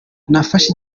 nafashe